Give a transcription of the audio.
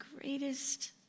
greatest